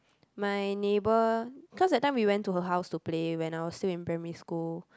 my neighbor cause that time we went to her house to play when I was still in primary school